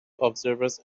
observers